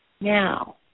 now